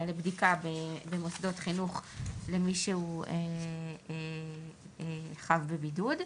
אלא לבדיקה במוסדות חינוך למי שהוא חב בבידוד.